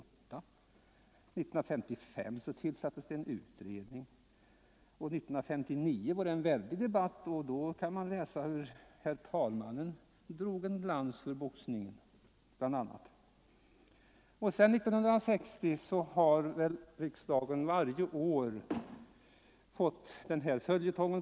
1955 tillsattes en utredning. 1959 var det en väldig debatt, och från den kan man läsa hur bl.a. herr talmannen drog en lans för boxningen. Alltsedan 1960 har riksdagen i stort sett varje år fått ta del av denna följetong.